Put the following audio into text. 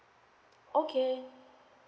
okay